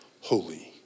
holy